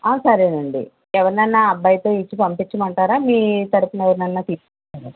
సరేనండి ఎవరినైనా అబ్బాయితో ఇచ్చి పంపించమంటారా మీ తరపున ఎవరినైనా తీసుకొస్తారా